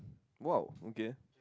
!wow! okay